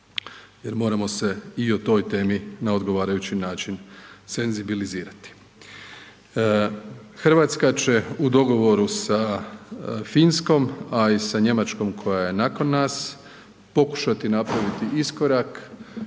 jer moramo se i o toj temi na odgovarajući način senzibilizirati. RH će u dogovoru sa Finskom, a i sa Njemačkom koja je nakon nas, pokušati napraviti iskorak,